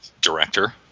director